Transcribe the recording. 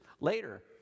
later